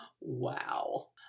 Wow